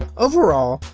overall,